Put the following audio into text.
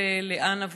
ופה לאנה וולצ'יק,